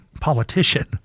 politician